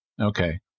Okay